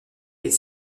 est